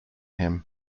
him